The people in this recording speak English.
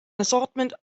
assortment